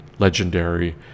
legendary